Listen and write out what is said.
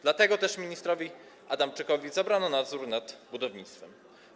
Dlatego też ministrowi Adamczykowi zabrano nadzór nad budownictwem.